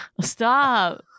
Stop